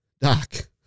doc